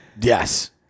Yes